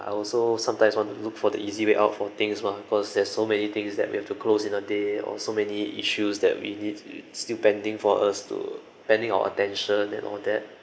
I also sometimes want to look for the easy way out for things mah cause there's so many things that we have to close in a day or so many issues that we need still pending for us to pending our attention and all that